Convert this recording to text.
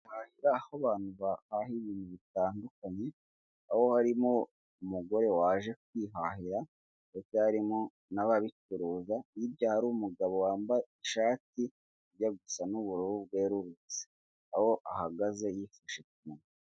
Aho abantu bahaha ibintu bitandukanye, aho harimo umugore waje kwihahira ndetse harimo n'ababicuruza, hirya hari umugabo wambaye ishati ijya gusa n'ubururu bwerurutse, aho ahagaze yifashe ku munwa.